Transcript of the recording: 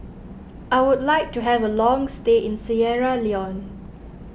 I would like to have a long stay in Sierra Leone